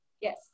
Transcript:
Yes